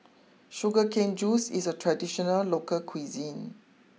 Sugar Cane juice is a traditional local cuisine